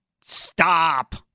Stop